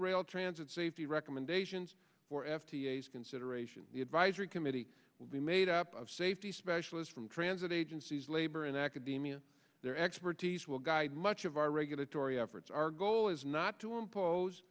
rail transit safety recommendations for f t s consideration the advisory committee will be made up of safety specialist from transit agencies labor and academia their expertise will guide much of our regulatory efforts our goal is not to impose